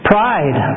Pride